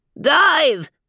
Dive